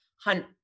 hunt